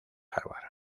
harvard